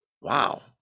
Wow